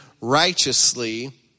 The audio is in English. righteously